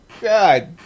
God